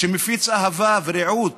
שמפיץ אהבה ורעות